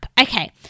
Okay